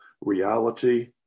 reality